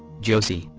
josie,